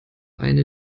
eine